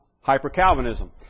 hyper-Calvinism